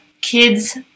kids